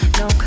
no